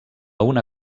una